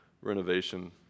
renovation